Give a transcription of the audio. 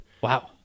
Wow